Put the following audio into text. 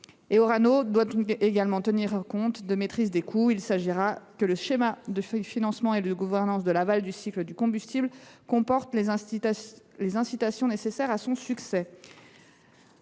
Orano doit également tenir compte de la maîtrise des coûts. Il faut enfin que le schéma de financement et de gouvernance de l’aval du cycle du combustible comporte les incitations nécessaires à son succès.